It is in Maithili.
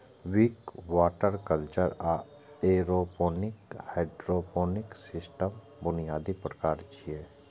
विक, वाटर कल्चर आ एयरोपोनिक हाइड्रोपोनिक सिस्टमक बुनियादी प्रकार छियै